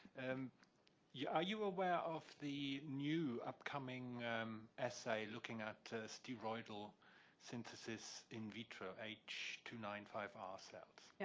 and yeah are you aware of the new upcoming assay looking at steroidal synthesis in vitro h two nine five r cells? yeah